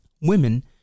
women